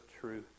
truth